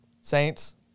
Saints